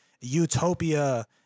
utopia